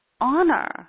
honor